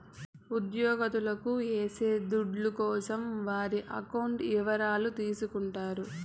ఉద్యోగత్తులకు ఏసే దుడ్ల కోసం వారి అకౌంట్ ఇవరాలు తీసుకుంటారు